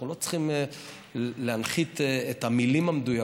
אנחנו לא צריכים להנחית את המילים המדויקות.